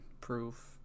proof